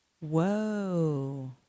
Whoa